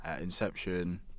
Inception